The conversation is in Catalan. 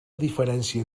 diferència